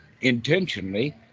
intentionally